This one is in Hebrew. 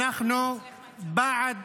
אנחנו בעד